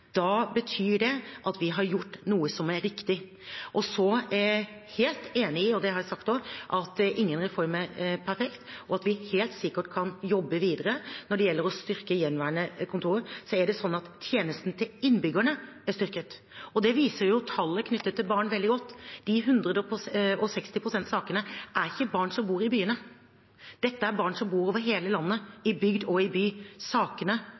betyr det at vi har gjort noe som er riktig. Så er jeg helt enig i – og det har jeg også sagt – at ingen reform er perfekt, og at vi helt sikkert kan jobbe videre når det gjelder å styrke gjenværende kontor. Det er slik at tjenesten til innbyggerne er styrket, og det viser tallet knyttet til barn veldig godt. Disse sakene som har økt med 160 pst., er ikke barn som bor i byene. Dette er barn som bor over hele landet, i bygd og i by. Sakene